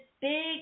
big